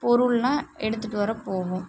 பொருள்லாம் எடுத்துகிட்டு வர போகும்